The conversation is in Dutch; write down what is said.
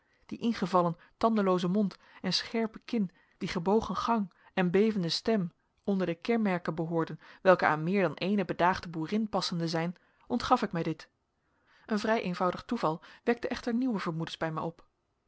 die ingevallen tandelooze mond en scherpe kin die gebogen gang en bevende stem onder de kenmerken behoorden welke aan meer dan eene bedaagde boerin passende zijn ontgaf ik mij dit een vrij eenvoudig toeval wekte echter nieuwe vermoedens bij mij op